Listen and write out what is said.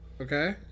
Okay